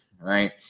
right